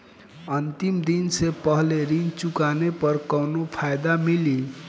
अंतिम दिन से पहले ऋण चुकाने पर कौनो फायदा मिली?